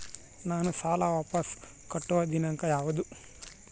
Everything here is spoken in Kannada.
ನಾನು ಸಾಲ ವಾಪಸ್ ಕಟ್ಟುವ ದಿನಾಂಕ ಯಾವುದು?